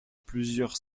plusieurs